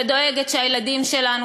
ודואגת שהילדים שלנו,